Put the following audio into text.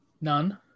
None